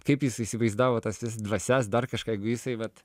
kaip jis įsivaizdavo tas dvasias dar kažką jeigu jisai vat